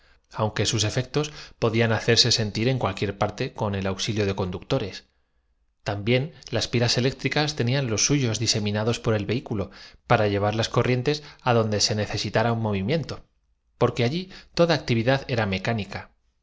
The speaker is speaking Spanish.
aunque sus efectos parecían otros tantos enormes trabucos arqueados podían hacerse sentir en cualquiera parte con el auxilio de conductores también las pilas eléctricas tenían sus cuatro lados circulaba una elegante galería cuya los suyos diseminados por el vehículo para llevar las puerta como todas las demás aberturas del locomó corrientes á donde se necesitara un movimiento pou vil quedaba herméticamente cerrada en viaje un que allí toda actividad era mecánica